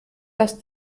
dass